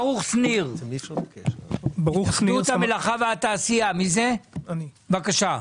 ברוך שניר, התאחדות המלאכה והתעשייה, בבקשה.